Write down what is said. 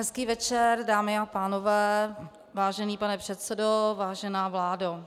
Hezký večer, dámy a pánové, vážený pane předsedo, vážená vládo.